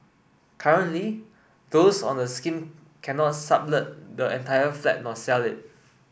currently those on the scheme cannot sublet the the entire flat nor sell it